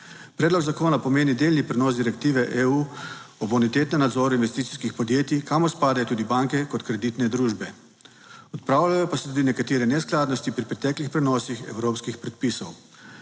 Predlog zakona pomeni delni prenos Direktive EU o bonitetnem nadzoru investicijskih podjetij kamor spadajo tudi banke kot kreditne družbe. Odpravljajo pa se tudi nekatere neskladnosti pri preteklih prenosih evropskih predpisov.